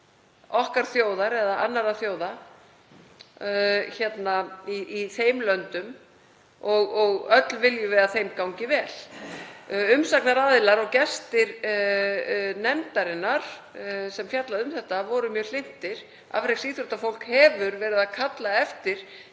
okkar þjóðar eða annarra þjóða og öll viljum við að þeim gangi vel. Umsagnaraðilar og gestir nefndarinnar sem fjallaði um þetta voru mjög hlynntir málinu. Afreksíþróttafólk hefur verið að kalla eftir